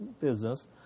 business